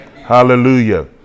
Hallelujah